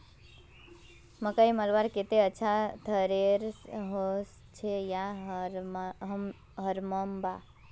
मकई मलवार केते अच्छा थरेसर होचे या हरम्बा?